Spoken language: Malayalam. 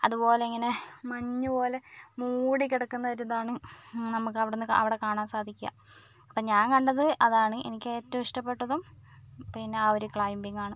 അതുപോലെ ഇങ്ങനെ മഞ്ഞുപോലെ മൂടി കിടക്കുന്ന ഒരു ഇതാണ് നമുക്കവിടെന്ന് അവിടെ കാണാൻ സാധിക്കുക അപ്പം ഞാൻ കണ്ടത് അതാണ് എനിക്കേറ്റോം ഇഷ്ടപെട്ടതും പിന്നെ ആ ഒരു ക്ലൈമ്പിങ് ആണ്